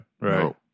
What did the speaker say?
right